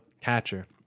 catcher